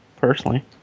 personally